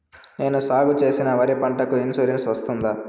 నేను సాగు చేసిన వరి పంటకు ఇన్సూరెన్సు వస్తుందా?